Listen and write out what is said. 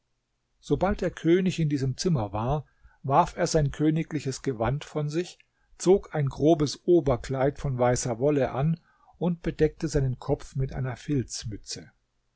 sobald der könig in diesem zimmer war warf er sein königliches gewand von sich zog ein grobes oberkleid von weißer wolle an und bedeckte seinen kopf mit einer